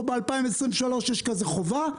אנחנו ב-2023 יש כזאת חובה?